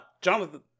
Jonathan